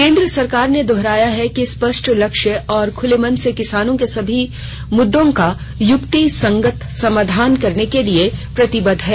केन्द्र सरकार ने दोहराया है कि वह स्पष्ट लक्ष्य और खुले मन से किसानों के सभी मुद्दों का युक्तिसंगत समाधान करने के लिए प्रतिबद्ध है